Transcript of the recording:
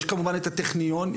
יש כמובן את הטכניון,